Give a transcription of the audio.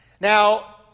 Now